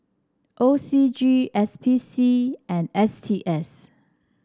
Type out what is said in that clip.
O C G S P C and S T S